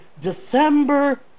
December